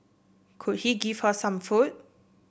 could he give her some food